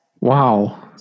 Wow